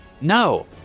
No